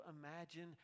imagine